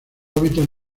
hábitat